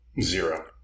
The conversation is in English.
Zero